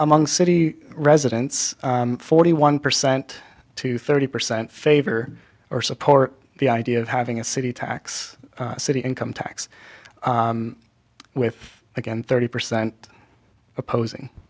among city residents forty one percent to thirty percent favor or support the idea of having a city tax city income tax with again thirty percent opposing